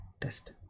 test